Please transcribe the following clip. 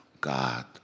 God